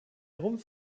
rumpf